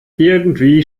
irgendwie